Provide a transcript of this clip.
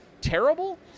terrible